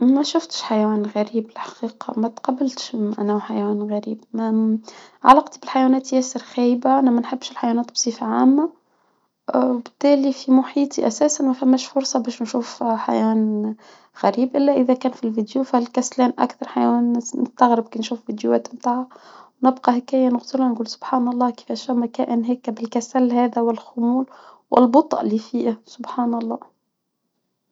ما شفتش حيوان غريب الحقيقة ما تقبلتش انا وحيوان غريب علاقتت بالحيوانات ياسر خايبة انا ما نحبش الحيوانات بصفة عامة اه وبالتالي في محيط اساس ما فماش فرصة باش نشوف حيوان غريب الا اذا كان في الفيديو فالكسلان اكثر حيوان مستغرب كنشوف فيديوهات بتاعها ما بقى هكايا نقول سبحان الله كفاش لما كائن هيكا بالكسل هذا والخمول والبطء لي فيه سبحان الله